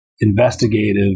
investigative